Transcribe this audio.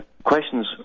Questions